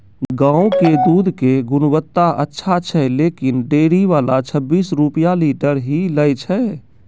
गांव के दूध के गुणवत्ता अच्छा छै लेकिन डेयरी वाला छब्बीस रुपिया लीटर ही लेय छै?